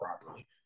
properly